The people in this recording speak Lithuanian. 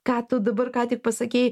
ką tu dabar ką tik pasakei